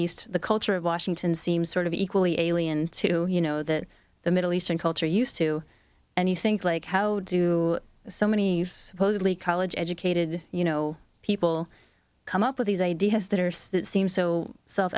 east the culture of washington seems sort of equally alien to you know that the middle eastern culture used to and you think like how do so many supposedly college educated you know people come up with these ideas that are so that seem so self